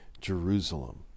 Jerusalem